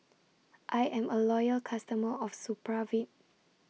I Am A Loyal customer of Supravit